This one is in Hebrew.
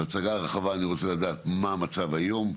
בהצגה רחבה אני רוצה לדעת מה המצב היום,